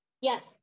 Yes